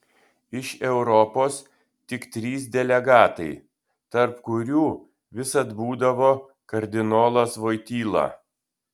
iš europos tik trys delegatai tarp kurių visad būdavo kardinolas voityla